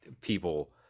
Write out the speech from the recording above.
people –